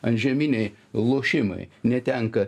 antžeminiai lošimai netenka